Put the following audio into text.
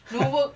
!huh!